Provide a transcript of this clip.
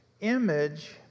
image